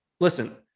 listen